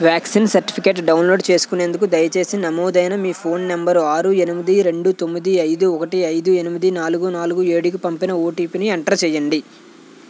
vaccine certificate download చేసుకునేందుకు దయచేసి నమోదైన మీ ఫోన్ నంబరు ఆరు ఎనిమిది రెండు తొమ్మిది ఐదు ఒకటి ఐదు ఎనిమిది నాలుగు నాలుగు ఏడుకి పంపిన ఓటిపిని ఎంటర్ చేయండి